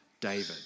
David